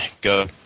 go